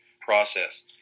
process